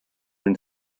une